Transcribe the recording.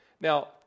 Now